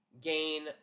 gain